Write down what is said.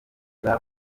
bwa